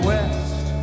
West